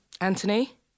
Anthony